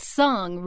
song